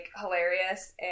hilarious